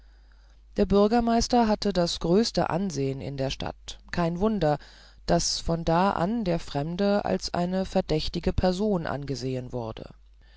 der bürgermeister hatte das größte ansehen in der stadt kein wunder daß von da an der fremde als eine verdächtige person angesehen wurde